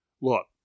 look